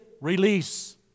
release